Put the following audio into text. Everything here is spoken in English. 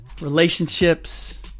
relationships